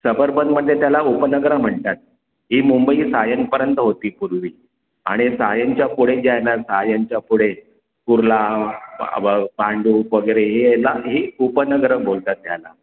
suburban म्हणजे त्याला उपनगरं म्हणतात ही मुंबई सायनपर्यंत होती पूर्वी आणि सायनच्या पुढे जे आहे ना सायनच्या पुढे कुर्ला भा भांडुप वगैरे ही आहे ना ही उपनगरं बोलतात त्याला